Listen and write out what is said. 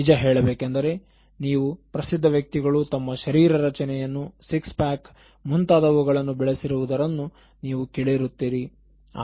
ನಿಜ ಹೇಳಬೇಕೆಂದರೆ ನೀವು ಪ್ರಸಿದ್ಧ ವ್ಯಕ್ತಿಗಳು ತಮ್ಮ ಶರೀರ ರಚನೆಯನ್ನು ಸಿಕ್ಸ್ ಪ್ಯಾಕ್ ಮುಂತಾದವುಗಳನ್ನು ಬೆಳೆಸಿರುವುದನ್ನು ನೀವು ಕೇಳಿರುತ್ತೀರಿ